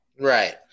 Right